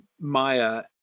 Maya